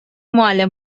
معلم